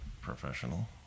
professional